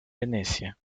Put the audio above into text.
venecia